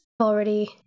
already